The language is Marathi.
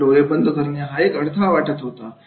त्यांना डोळे बंद करणे हा एक अडथळा वाटत होता